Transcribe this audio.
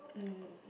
mm